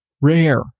rare